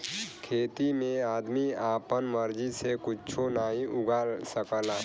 खेती में आदमी आपन मर्जी से कुच्छो नाहीं उगा सकला